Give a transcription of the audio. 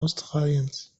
australiens